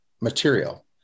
material